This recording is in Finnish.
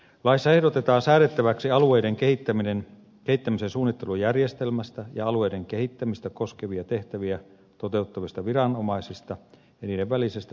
laissa ehdotetaan säädettäväksi alueiden kehittämisen suunnittelujärjestelmästä ja alueiden kehittämistä koskevia tehtäviä toteuttavista viranomaisista ja niiden välisestä yhteistyöstä